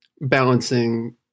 balancing